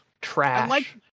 trash